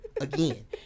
again